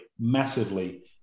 massively